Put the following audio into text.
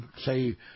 say